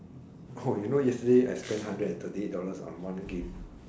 you know yesterday I spent hundred and thirty eight dollars on one game